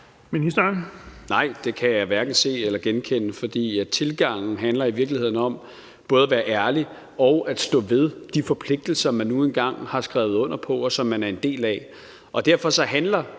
Nej, det kan jeg hverken se eller genkende. For tilgangen handler i virkeligheden om både at være ærlig og at stå ved de forpligtelser, man nu engang har skrevet under på, og som man er en del af. Og derfor handler